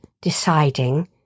deciding